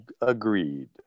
agreed